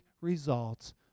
results